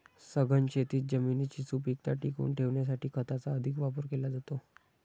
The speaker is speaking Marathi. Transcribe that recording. सघन शेतीत जमिनीची सुपीकता टिकवून ठेवण्यासाठी खताचा अधिक वापर केला जातो